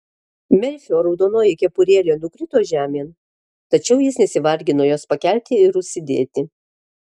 merfio raudonoji kepurėlė nukrito žemėn tačiau jis nesivargino jos pakelti ir užsidėti